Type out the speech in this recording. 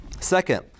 Second